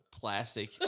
plastic